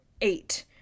Eight